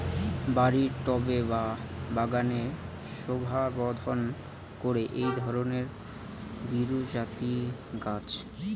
বাড়ির টবে বা বাগানের শোভাবর্ধন করে এই ধরণের বিরুৎজাতীয় গাছ